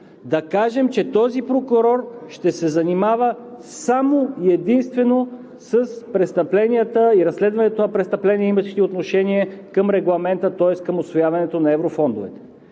да кажем, че този прокурор ще се занимава само и единствено с престъпленията и разследванията на престъпления, имащи отношение към Регламента, тоест към усвояването на еврофондовете.